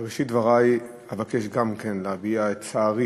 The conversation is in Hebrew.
בראשית דברי אבקש גם כן להביע את צערי